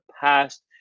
past